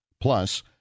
Plus